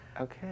Okay